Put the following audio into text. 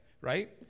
right